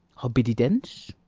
hobbididence,